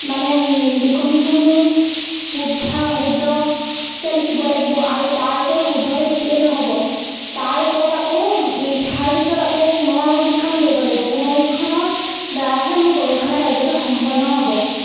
মানে লিখনিসমূহ শুদ্ধ শুদ্ধকৈ লিখিব লাগিব আৰু তাৰ ওপৰত শুদ্ধকৈ লিখিলেই নহ'ব তাৰ ওপৰত আকৌ লিখাৰ পিছত আকৌ পুনৰীক্ষণ কৰিব লাগিব পুনৰীক্ষণৰ দ্বাৰাহে মোৰ গৱেষণাৰ কাৰ্যটো সম্পন্ন হ'ব